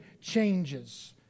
changes